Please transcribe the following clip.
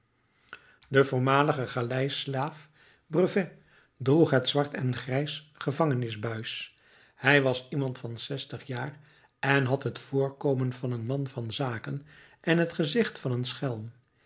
de voormalige galeislaaf brevet droeg het zwart en grijs gevangenisbuis hij was iemand van zestig jaar en had het voorkomen van een man van zaken en het gezicht van een schelm